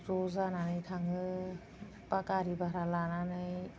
ज' जानानै थाङो बा गारि भारा लानानै